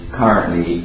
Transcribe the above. currently